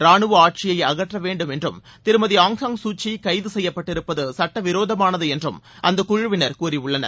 ராணுவ ஆட்சியை அகற்ற வேண்டும் என்றும் திருமதி ஆங் சாங் சூகி கைது செய்யப்பட்டிருப்பது சுட்ட விரோதமானது என்றும் அந்தக் குழுவினர் கூறியுள்ளனர்